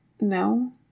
No